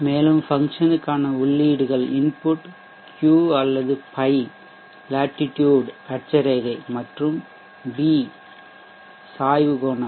மேலும் ஃபங்சன் க்கான உள்ளீடுகள்இன்புட் Q அல்லது φ லேட்டிடுட்அட்சரேகை மற்றும் B β சாய்வு கோணம்